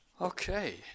Okay